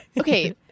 Okay